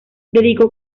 dedicó